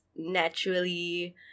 naturally